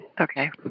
Okay